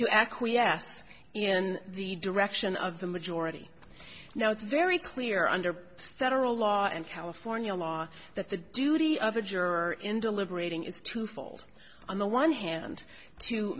acquiesced in the direction of the majority now it's very clear under federal law and california law that the duty of a juror in deliberating is twofold on the one hand to